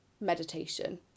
meditation